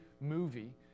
movie